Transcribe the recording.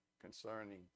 concerning